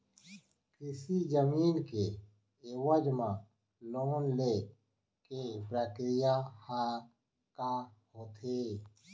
कृषि जमीन के एवज म लोन ले के प्रक्रिया ह का होथे?